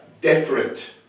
different